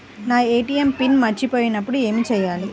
నా ATM PIN మర్చిపోయినప్పుడు ఏమి చేయాలి?